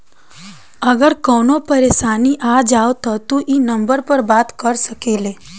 अगर कवनो परेशानी आ जाव त तू ई नम्बर पर बात कर सकेल